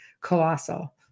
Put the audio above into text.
colossal